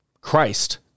Christ